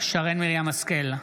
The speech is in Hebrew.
שרן מרים השכל,